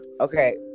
Okay